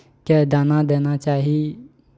के दाना देना चाही